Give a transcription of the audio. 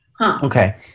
Okay